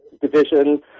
Division